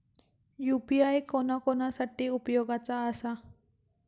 UPI कोणा कोणा साठी उपयोगाचा आसा?